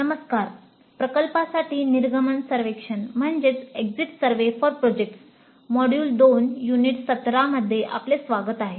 नमस्कार प्रकल्पांसाठी निर्गमन सर्वेक्षण मॉड्यूल 2 युनिट 17 मध्ये आपले स्वागत आहे